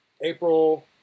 April